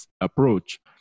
approach